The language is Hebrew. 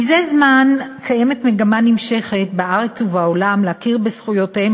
מזה זמן קיימת מגמה נמשכת בארץ ובעולם להכיר בזכויותיהם